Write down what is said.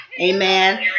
amen